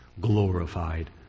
glorified